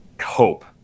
hope